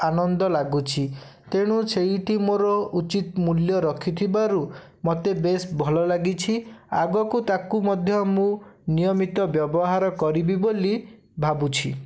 ଆନନ୍ଦ ଲାଗୁଛି ତେଣୁ ସେଇଠି ମୋର ଉଚିତ ମୂଲ୍ୟ ରଖିଥିବାରୁ ମୋତେ ବେଶ ଭଲ ଲାଗୁଛି ଆଗକୁ ତାକୁ ମଧ୍ୟ ମୁଁ ନିୟମିତ ବ୍ୟବହାର କରିବି ବୋଲି ଭାବୁଛି